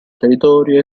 territorio